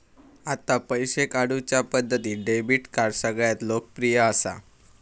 आता पैशे काढुच्या पद्धतींत डेबीट कार्ड सगळ्यांत लोकप्रिय असा